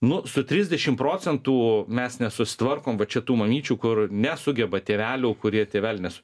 nu su trisdešim procentų mes nesusitvarkom va čia tų mamyčių kur nesugeba tėvelių kurie tėveliai nes